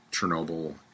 Chernobyl